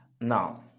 Now